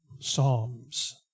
psalms